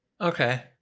Okay